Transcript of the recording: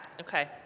okay